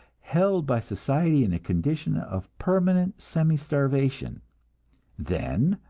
held by society in a condition of permanent semi-starvation then,